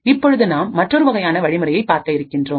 இப்பொழுது நாம் மற்றொரு வகையான வழிமுறையை பார்க்க இருக்கின்றோம்